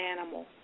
animal